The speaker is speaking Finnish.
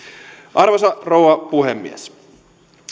arvoisa rouva puhemies